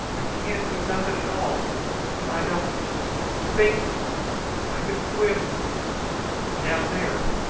i can't do nothing at all and i don't think i could swim down there.